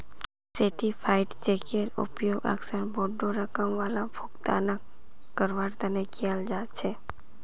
certified चेकेर उपयोग अक्सर बोडो रकम वाला भुगतानक करवार तने कियाल जा छे